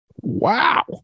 Wow